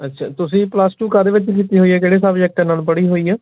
ਅੱਛਾ ਤੁਸੀਂ plus two ਕਾਹਦੇ ਵਿੱਚ ਕੀਤੀ ਹੋਈ ਹੈ ਕਿਹੜੇ ਸਬਜੈਕਟਾਂ ਨਾਲ ਪੜ੍ਹੀ ਹੋਈ ਆ